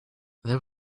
there